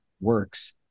works